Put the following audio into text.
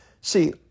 See